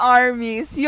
armies